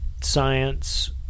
science